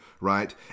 right